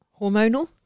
Hormonal